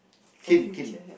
kin kin